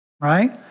right